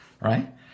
right